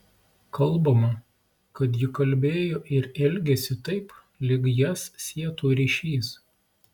kalbama kad ji kalbėjo ir elgėsi taip lyg jas sietų ryšys